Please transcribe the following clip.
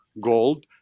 gold